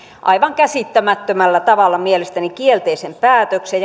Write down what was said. aivan käsittämättömällä tavalla kielteisen päätöksen